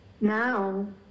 Now